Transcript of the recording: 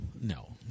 No